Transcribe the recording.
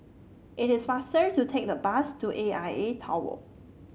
it is faster to take the bus to A I A Tower